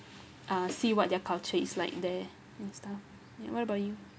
uh see what their culture is like there and stuff ya what about you